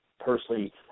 personally